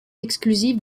exclusive